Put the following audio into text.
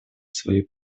свою